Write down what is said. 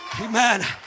Amen